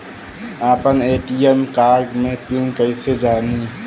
आपन ATM card के PIN कईसे जानी?